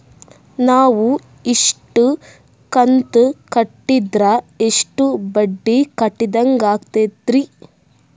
ನಾವು ಇಷ್ಟು ಕಂತು ಕಟ್ಟೀದ್ರ ಎಷ್ಟು ಬಡ್ಡೀ ಕಟ್ಟಿದಂಗಾಗ್ತದ್ರೀ?